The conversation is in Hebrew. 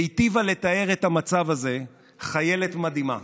היטיבה לתאר את המצב הזה חיילת מדהימה